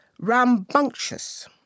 Rambunctious